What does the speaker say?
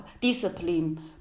discipline